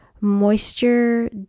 moisture